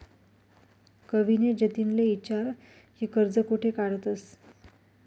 कविनी जतिनले ईचारं की कर्ज कोठे काढतंस